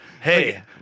Hey